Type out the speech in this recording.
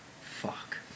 fuck